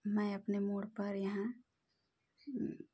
मैं अपने मोड़ पर यहाँ